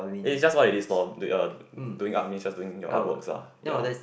it is just what it is lor uh doing art just means doing your artworks lah ya